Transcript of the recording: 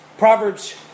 Proverbs